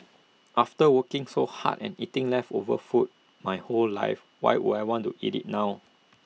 after working so hard and eating leftover food my whole life why would I want to eat IT now